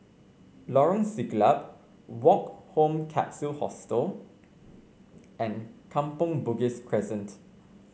Lorong Siglap Woke Home Capsule Hostel and Kampong Bugis Crescent